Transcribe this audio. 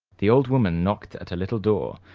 the old woman knocked at a little door,